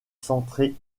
centré